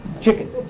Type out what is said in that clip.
chicken